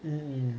um